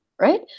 right